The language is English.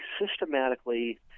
systematically